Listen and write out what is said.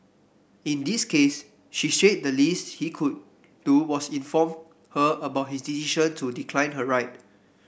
in this case she said the least he could do was inform her about his decision to decline her ride